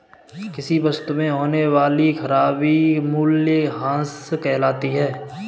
किसी वस्तु में होने वाली खराबी मूल्यह्रास कहलाती है